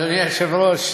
אדוני היושב-ראש,